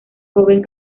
joven